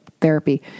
therapy